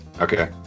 Okay